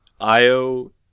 io